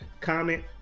comment